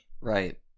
Right